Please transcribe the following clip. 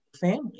family